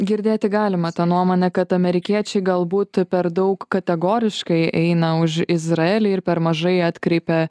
girdėti galima tą nuomonę kad amerikiečiai galbūt per daug kategoriškai eina už izraelį ir per mažai atkreipia